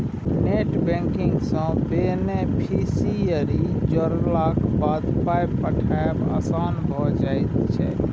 net banking सँ beneficiary जोड़लाक बाद पाय पठायब आसान भऽ जाइत छै